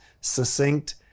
succinct